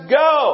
go